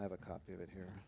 i have a copy of it here